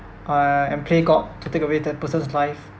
uh and play god to take away that person's life